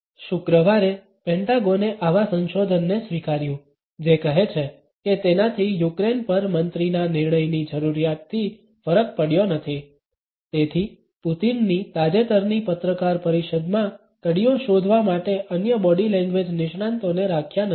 શુક્રવારે પેન્ટાગોને આવા સંશોધનને સ્વીકાર્યું જે કહે છે કે તેનાથી યુક્રેન પર મંત્રીના નિર્ણયની જરૂરિયાતથી ફરક પડ્યો નથી તેથી પુતિનની તાજેતરની પત્રકાર પરિષદમાં કડીઓ શોધવા માટે અન્ય બોડી લેંગ્વેજ નિષ્ણાંતોને રાખ્યા નથી